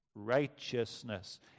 Righteousness